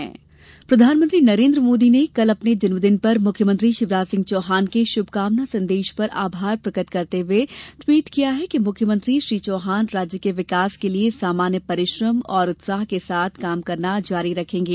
चौहान प्रशंसा प्रधानमंत्री नरेन्द्र मोदी ने कल अपने जन्मदिन पर मुख्यमंत्री शिवराज सिंह चौहान के शुभकामना संदेश पर आभार प्रकट करते हुये टवीट किया है कि मुख्यमंत्री श्री चौहान राज्य के विकास के लिये सामान्य परिश्रम और उत्साह के साथ काम करना जारी रखेंगे